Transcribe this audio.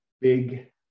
big